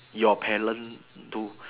your parent do